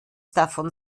davon